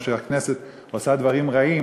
שהכנסת עושה דברים רעים,